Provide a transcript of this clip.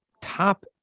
top